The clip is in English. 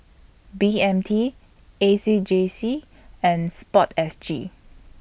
B M T A C J C and Sport S G